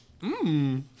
Mmm